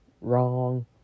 Wrong